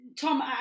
Tom